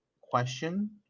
question